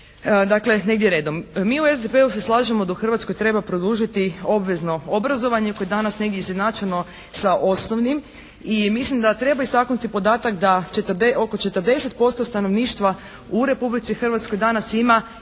Dakle, negdje redom. Mi u SDP-u se slažemo da u Hrvatskoj treba produžiti obvezno obrazovanje koje je danas negdje izjednačeno sa osnovnim. I mislim da treba istaknuti podatak da oko 40% stanovništva u Republici Hrvatskoj danas ima